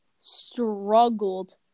struggled